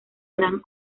gran